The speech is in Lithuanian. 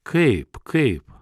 kaip kaip